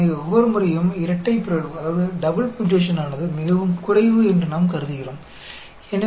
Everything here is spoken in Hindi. इसलिए हर बार हम मानते हैं कि डबल म्यूटेशन बेहद कम है